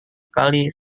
kali